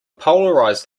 polarized